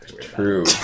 True